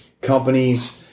companies